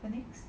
ah